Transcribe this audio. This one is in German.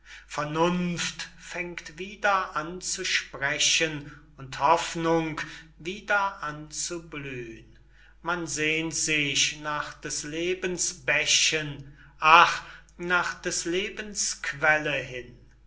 vernunft fängt wieder an zu sprechen und hoffnung wieder an zu blühn man sehnt sich nach des lebens bächen ach nach des lebens quelle hin